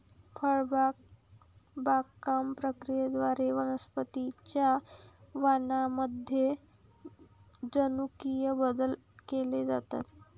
फळबाग बागकाम प्रक्रियेद्वारे वनस्पतीं च्या वाणांमध्ये जनुकीय बदल केले जातात